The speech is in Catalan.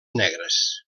negres